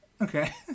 Okay